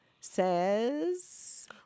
Says